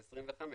אז 25,